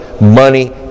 money